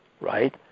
right